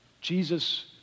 Jesus